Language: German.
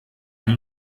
ein